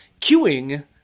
queuing